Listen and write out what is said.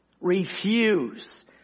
refuse